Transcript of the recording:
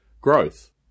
growth